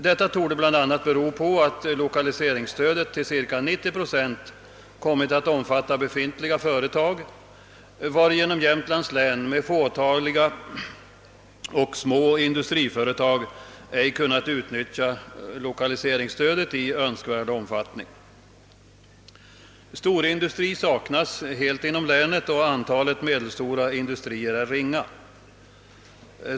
Detta torde bl.a. bero på att lokaliseringsstödet till cirka 90 procent kommit att omfatta befintliga företag, varigenom Jämtlands län med fåtaliga och små industriföretag inte kunnat utnyttja lokaliseringsstödet i önskvärd omfattning. Storindustri saknas helt inom länet och antalet medelstora industrier är ringa.